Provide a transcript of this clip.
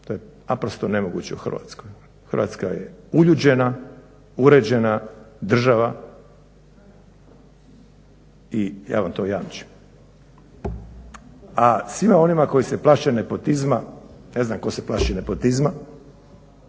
To je naprosto nemoguće u Hrvatskoj. Hrvatska je uljuđena, uljuđena uređena država i ja vam to jamčim. A svima onima koji se plaše nepotizma, ne znam tko se plaši nepotizma